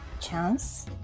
Chance